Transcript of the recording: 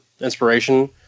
inspiration